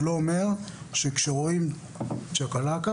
שלא אומר שכשרואים צ'קלקה,